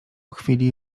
chwili